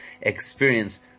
experience